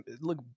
look